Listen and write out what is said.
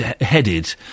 headed